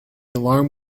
alarm